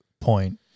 point